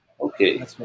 Okay